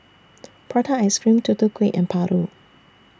Prata Ice Cream Tutu Kueh and Paru